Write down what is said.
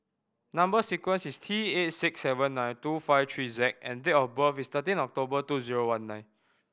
number sequence is T eight six seven nine two five three Z and date of birth is thirteen October two zero one nine